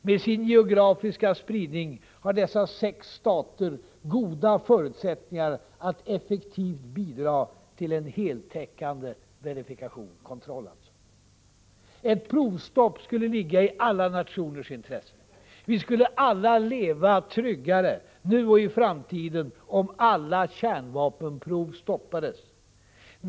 Med sin geografiska spridning har dessa sex stater goda förutsättningar att effektivt bidra till en heltäckande verifikation. Ett provstopp skulle ligga i alla nationers intresse. Vi skulle alla leva tryggare — nu och i framtiden — om alla kärnvapenprov stoppades.